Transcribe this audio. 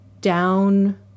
down